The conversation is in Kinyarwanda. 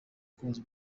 koza